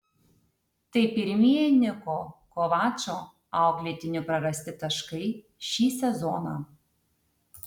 tai pirmieji niko kovačo auklėtinių prarasti taškai šį sezoną